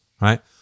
Right